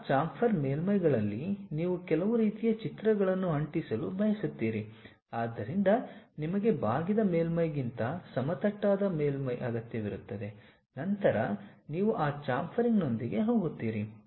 ಆ ಚಾಂಫರ್ ಮೇಲ್ಮೈಗಳಲ್ಲಿ ನೀವು ಕೆಲವು ರೀತಿಯ ಚಿತ್ರಗಳನ್ನು ಅಂಟಿಸಲು ಬಯಸುತ್ತೀರಿ ಆದ್ದರಿಂದ ನಿಮಗೆ ಬಾಗಿದ ಮೇಲ್ಮೈಗಿಂತ ಸಮತಟ್ಟಾದ ಮೇಲ್ಮೈ ಅಗತ್ಯವಿರುತ್ತದೆ ನಂತರ ನೀವು ಆ ಚ್ಯಾಮ್ಫರಿಂಗ್ನೊಂದಿಗೆ ಹೋಗುತ್ತೀರಿ